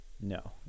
No